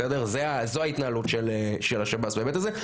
זו ההתנהלות של השב"ס בהיבט הזה,